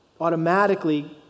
automatically